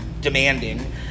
demanding